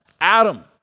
adam